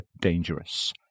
dangerous